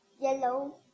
yellow